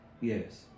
Yes